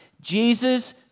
Jesus